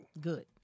Good